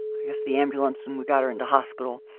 i guess, the ambulance and we got her into hospital.